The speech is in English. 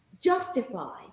justify